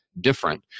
different